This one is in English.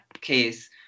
case